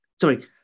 sorry